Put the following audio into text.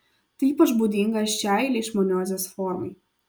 tai ypač būdinga šiai leišmaniozės formai